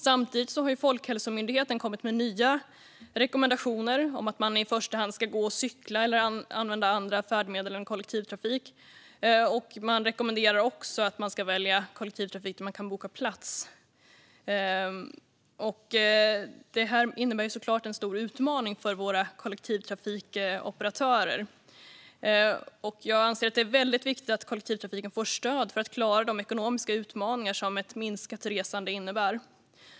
Samtidigt har Folkhälsomyndigheten kommit med nya rekommendationer om att man i första hand ska gå, cykla eller använda andra färdmedel än kollektivtrafik. Myndigheten rekommenderar också att man ska välja kollektivtrafik där man kan boka plats. Detta innebär såklart en stor utmaning för våra kollektivtrafikoperatörer. Jag anser att det är väldigt viktigt att kollektivtrafiken får stöd för att klara de ekonomiska utmaningar som ett minskat resande innebär.